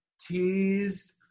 teased